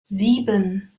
sieben